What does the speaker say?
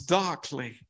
darkly